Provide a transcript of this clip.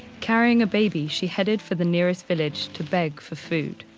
carrying a baby, she headed for the nearest village to beg for food.